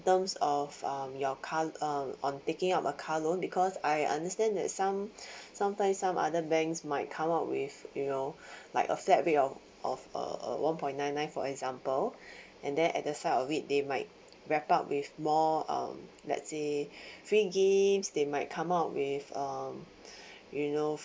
terms of um your car um on taking up a car loan because I understand that some sometimes some other banks might come out with you know like a flat rate of of uh uh one point nine nine for example and then at the side of it they might wrap up with more um let say free gifts they might come out with um you know